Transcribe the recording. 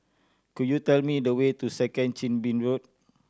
could you tell me the way to Second Chin Bee Road